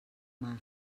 mar